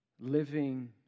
living